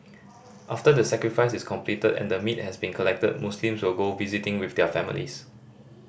after the sacrifice is completed and the meat has been collected Muslims will go visiting with their families